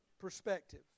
perspective